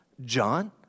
John